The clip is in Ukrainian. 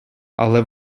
але